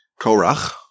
Korach